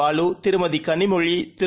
பாலு திருமதிகனிமொழி திரு